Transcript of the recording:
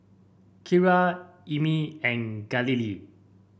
Kiara Emmie and Galilea